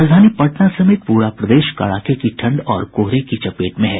राजधानी पटना समेत पूरा प्रदेश कड़ाके की ठंड और कोहरे की चपेट में है